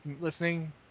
listening